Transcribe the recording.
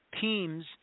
teams